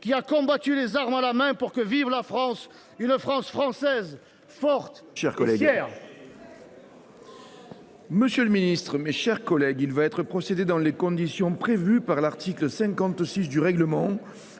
qui a combattu les armes à la main pour que vive la France, une France française, forte et fière ! Mes chers collègues, il va être procédé, dans les conditions prévues par l’article 56 du règlement,